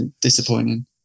disappointing